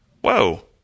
Whoa